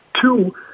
Two